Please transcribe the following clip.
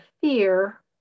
fear